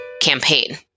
campaign